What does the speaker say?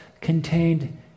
contained